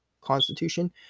constitution